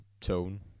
tone